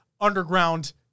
underground